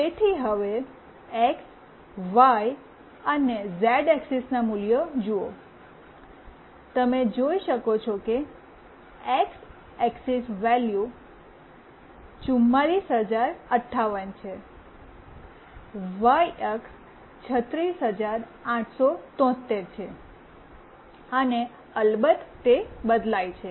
તેથી હવે X Y અને ઝેડ એક્સિસનાં મૂલ્યો જુઓ તમે જોઈ શકો છો કે એક્સ એક્સિસ વૅલ્યુ 44058 છે વાય અક્ષ 36873 છે અને અલબત્ત તે બદલાય છે